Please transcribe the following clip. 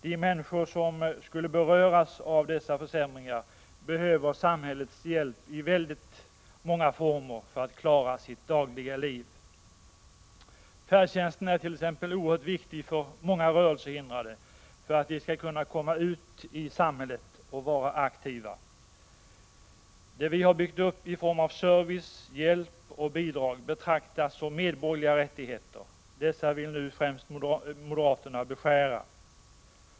De människor som skulle beröras av dessa försämringar behöver samhällets hjälp i väldigt många former för att klara sitt dagliga liv. Färdtjänsten t.ex. är oerhört viktig för många rörelsehindrade för att de skall kunna komma ut i samhället och vara aktiva. Det vi har byggt upp i form av service, hjälp och bidrag betraktas som medborgerliga rättigheter. Dessa vill nu främst moderaterna beskära.